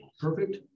perfect